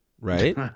right